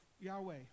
Yahweh